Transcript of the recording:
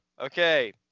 Okay